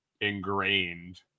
ingrained